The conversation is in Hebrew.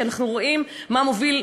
כי אנחנו רואים מה מוביל,